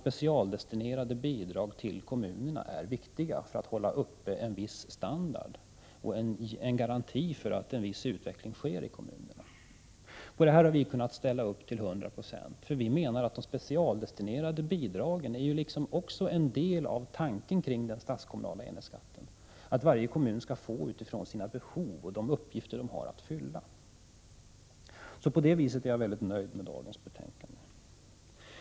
Specialdestinerade bidrag till kommunerna anses vara viktiga för att hålla uppe en viss standard och ge en garanti för att det sker en viss utveckling i kommunerna. Vpk har kunnat ställa upp på denna skrivning till 100 96, därför att vi anser att de specialdestinerade bidragen också är en del av tanken bakom den statskommunala enhetsskatten, dvs. att varje kommun skall få bidrag med utgångspunkt i sina behov och de uppgifter den har att fylla. På den punkten är jag mycket nöjd med detta betänkande.